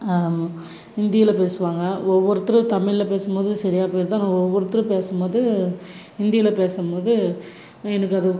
ஹிந்தியில் பேசுவாங்க ஒவ்வொருத்தர் தமிழ்ல பேசும்போது சரியாக போயிடுது ஆனால் ஒவ்வொருத்தர் பேசும்போது ஹிந்தியில் பேசும்போது எனக்கு அது